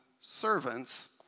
servants